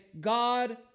God